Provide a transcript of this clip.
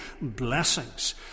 blessings